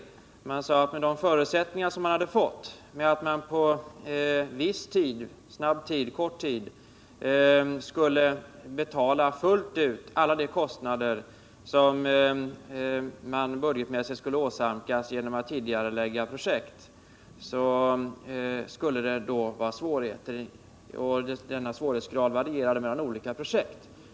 Vad man sade var att med de förutsättningar utredningen hade att arbeta efter — dvs. att avgiftsfinansieringen på en viss, kort tid fullt ut skulle betala de kostnader som en tidigareläggning av ett projekt medförde — så skulle det uppstå svårigheter. Svårighetsgraden varierade mellan olika projekt.